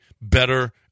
better